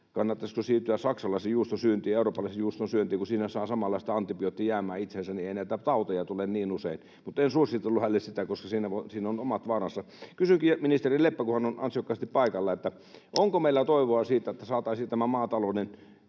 kannattaisiko siirtyä saksalaisen juuston syöntiin ja eurooppalaisen juuston syöntiin, kun siinä saa samalla sitä antibioottijäämää itseensä, niin ei näitä tauteja tule niin usein. Mutta en suositellut hänelle sitä, koska siinä on omat vaaransa. Kysynkin ministeri Lepältä, kun hän on ansiokkaasti paikalla: onko meillä toivoa siitä, että saataisiin tämä maatalouden